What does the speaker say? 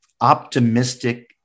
optimistic